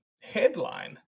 headline